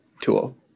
tool